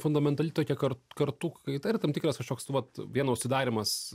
fundamentali tokia kar kartų kaita ir tam tikras kažkoks vat vieno užsidarymas